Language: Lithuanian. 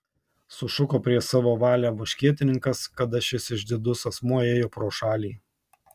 sušuko prieš savo valią muškietininkas kada šis išdidus asmuo ėjo pro šalį